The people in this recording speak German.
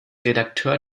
redakteur